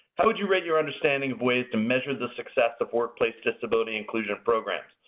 how would you rate your understanding of ways to measure the success of workplace disability inclusion programs?